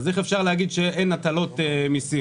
אז איך אפשר להגיד שאין הטלות מיסים?